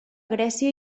grècia